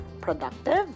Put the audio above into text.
productive